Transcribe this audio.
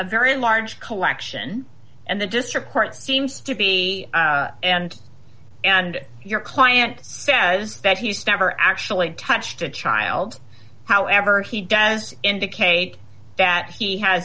a very large collection and the district court seems to be and and your client says that he stabber actually touched a child however he does indicate that he has